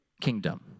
kingdom